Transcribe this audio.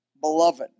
Beloved